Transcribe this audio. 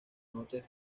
noches